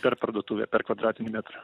per parduotuvę per kvadratinį metrą